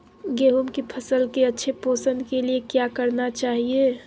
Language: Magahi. गेंहू की फसल के अच्छे पोषण के लिए क्या करना चाहिए?